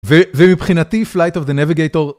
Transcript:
ומבחינתי Flight of the Navigator...